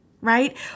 right